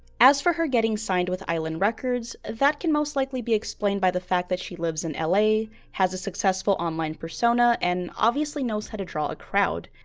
as for her getting signed with island records, that can most likely be explained by the fact that she lives in la, has a successful online persona, and obviously knows how to draw a crowd.